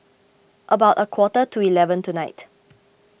about a quarter to eleven tonight